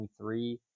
23